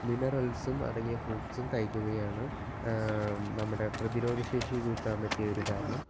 മിനറൽസും അടങ്ങിയ ഫ്രൂട്ട്സ് കഴിക്കുകയാണ് നമ്മുടെ പ്രതിരോധശേഷി കൂട്ടാൻ പറ്റിയ ഒരു കാരണം